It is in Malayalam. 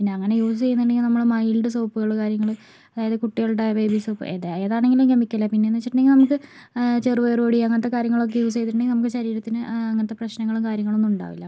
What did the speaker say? പിന്നെ അങ്ങനെ യൂസ് ചെയ്തിട്ടുണ്ടെങ്കില് നമ്മള് മൈൽഡ് സോപ്പ്കള് കാര്യങ്ങള് അതായത് കുട്ടികളുടെ ബേബി സോപ്പ് ഏതാ ഏതാണെങ്കിലും കെമിക്കലാ പിന്നേന്ന് വെച്ചിട്ടുണ്ടെങ്കിൽ നമുക്ക് ചെറുപയറ് പൊടി അങ്ങനത്തെ കാര്യങ്ങളൊക്കെ യൂസ് ചെയ്തിട്ടുണ്ടെങ്കില് നമുക്ക് ശരീരത്തിന് അങ്ങനത്തെ പ്രശ്നങ്ങള് കാര്യങ്ങളൊന്നും ഉണ്ടാവില്ല അപ്പോൾ